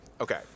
okay